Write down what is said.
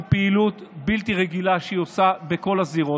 עם פעילות בלתי רגילה שהיא עושה בכל הזירות.